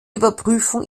überprüfung